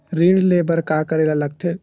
ऋण ले बर का करे ला लगथे?